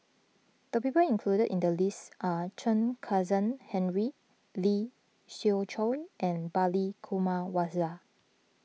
the people included in the list are Chen Kezhan Henri Lee Siew Choh and Balli Kauma Waswal